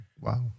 wow